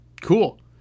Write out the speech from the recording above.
cool